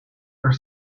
are